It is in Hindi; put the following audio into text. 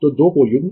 तो 2 पोल युग्म